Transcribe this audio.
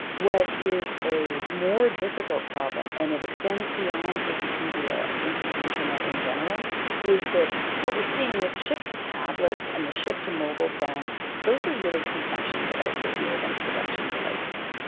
what is a more difficult problem and it extends beyond wikipedia into the internet in general is that what we're seeing with the shift to tablets and the shift to mobile phones, those are really consumption devices more than production devices.